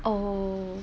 oh